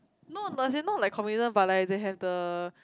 no not as in no like communism but like they have the